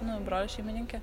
nu brolio šeimininke